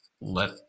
let